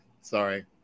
Sorry